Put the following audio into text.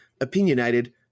opinionated